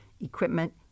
equipment